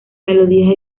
melodías